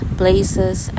places